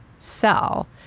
sell